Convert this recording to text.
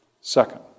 Second